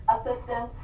assistance